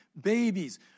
babies